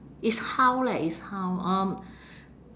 it's how leh it's how um